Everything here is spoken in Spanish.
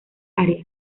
áreas